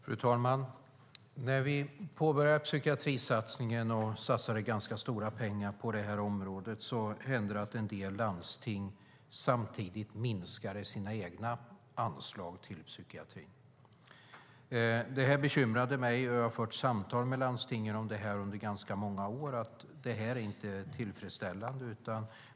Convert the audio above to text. Fru talman! När vi påbörjade psykiatrisatsningen och satsade ganska stora pengar på det området hände det att en del landsting samtidigt minskade sina egna anslag till psykiatrin. Det bekymrade mig, och jag har fört samtal med landstingen om det under ganska många år och sagt att det inte är tillfredsställande.